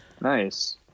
Nice